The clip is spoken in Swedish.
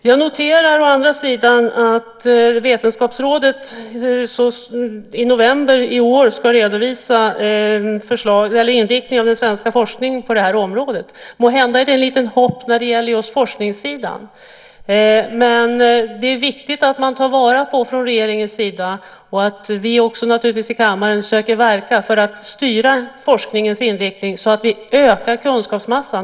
Jag noterar dock att Vetenskapsrådet i november i år ska redovisa inriktningen för den svenska forskningen på det här området. Måhända ger det ett litet hopp just när det gäller forskningssidan. Samtidigt är det viktigt att man från regeringens sida, och naturligtvis också från vår sida i kammaren, söker verka för att styra forskningens inriktning så att vi ökar kunskapsmassan.